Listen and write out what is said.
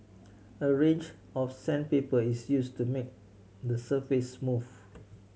a range of sandpaper is used to make the surface smooth